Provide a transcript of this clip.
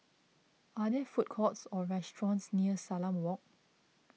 are there food courts or restaurants near Salam Walk